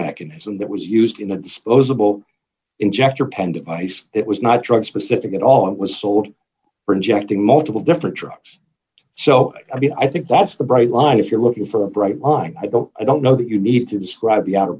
mechanism that was used in a disposable injector pendant mice it was not drug specific at all it was sold for injecting multiple different drugs so i mean i think that's the bright line if you're looking for a bright line i don't know that you need to describe the other